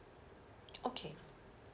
okay